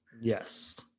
yes